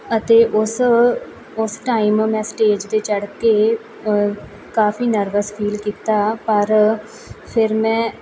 ਅਤੇ ਉਸ ਉਸ ਟਾਈਮ ਮੈਂ ਸਟੇਜ 'ਤੇ ਚੜ ਕੇ ਕਾਫ਼ੀ ਨਰਵਸ ਫੀਲ ਕੀਤਾ ਪਰ ਫਿਰ ਮੈਂ